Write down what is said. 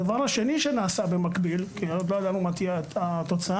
הדבר השני שנעשה כי לא ידענו מה תהיה התוצאה.